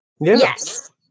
Yes